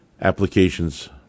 applications